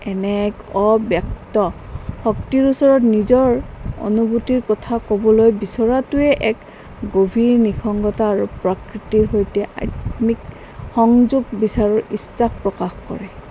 এনে এক অব্যক্ত শক্তিৰ ওচৰত নিজৰ অনুভূতিৰ কথা ক'বলৈ বিচৰাটোৱে এক গভীৰ নিসংগতা আৰু প্ৰাকৃতিৰ সৈতে আত্মিক সংযোগ বিচৰাৰো ইচ্ছা প্ৰকাশ কৰে